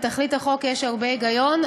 בתכלית החוק יש הרבה היגיון,